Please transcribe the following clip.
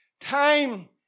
Time